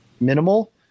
minimal